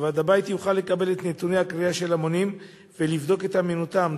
שוועד הבית יוכל לקבל את נתוני הקריאה של המונים ולבדוק את אמינותם,